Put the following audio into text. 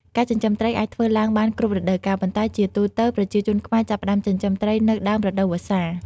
ការចិញ្ចឹមត្រីអាចធ្វើឡើងបានគ្រប់រដូវកាល ប៉ុន្តែជាទូទៅ ប្រជាជនខ្មែរចាប់ផ្ដើមចិញ្ចឹមត្រីនៅ ដើមរដូវវស្សា។